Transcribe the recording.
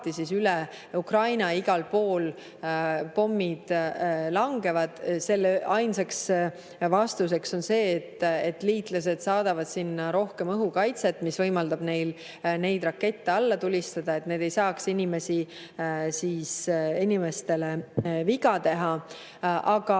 siis üle Ukraina igal pool pommid langevad. Selle ainsaks vastuseks on see, et liitlased saadavad sinna rohkem õhukaitset, mis võimaldab neil neid rakette alla tulistada, et need ei saaks inimestele viga teha. Aga